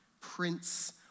Prince